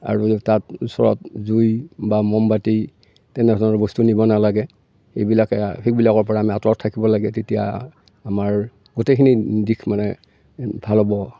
আৰু তাৰ ওচৰত জুই বা ম'মবাতি তেনেধৰণৰ বস্তু নিব নালাগে এইবিলাকে সেইবিলাকৰ পৰা আমি আঁতৰত থাকিব লাগে তেতিয়া আমাৰ গোটেইখিনি দিশ মানে ভাল হ'ব